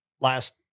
last